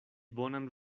bonan